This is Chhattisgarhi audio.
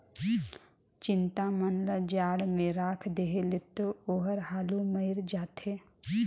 चिंया मन ल जाड़ में राख देहे ले तो ओहर हालु मइर जाथे